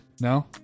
No